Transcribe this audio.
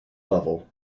level